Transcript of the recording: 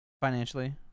financially